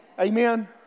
Amen